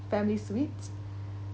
family suite